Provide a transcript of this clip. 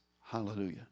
Hallelujah